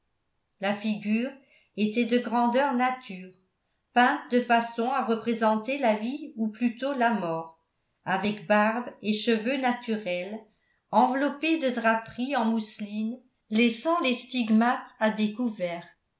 la figure était de grandeur nature peinte de façon à représenter la vie ou plutôt la mort avec barbe et cheveux naturels enveloppée de draperies en mousseline laissant les stigmates à découvert